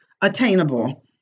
attainable